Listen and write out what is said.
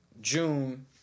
June